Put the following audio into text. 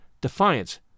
Defiance